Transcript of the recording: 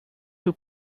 who